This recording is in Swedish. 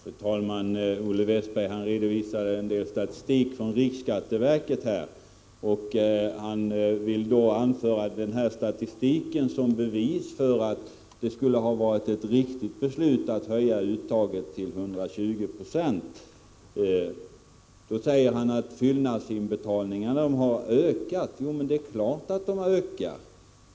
Fru talman! Olle Westberg redovisade en del statistik från riksskatteverket och anförde denna statistik som bevis för att det var ett riktigt beslut att höja uttaget till 120 20. Han sade att fyllnadsinbetalningarna har ökat. Ja, det är klart att de har ökat.